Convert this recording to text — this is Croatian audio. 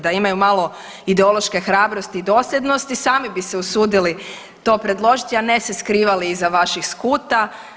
Da imaju malo ideološke hrabrosti i dosljednosti sami bi se usudili to predložiti, a ne skrivali iza vaših skuta.